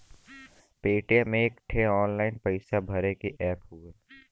Paytm एक ठे online पइसा भरे के ऐप हउवे